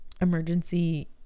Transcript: emergency